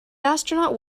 astronaut